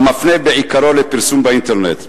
המפנה בעיקרו לפרסום באינטרנט.